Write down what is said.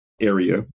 area